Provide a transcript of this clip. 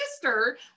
sister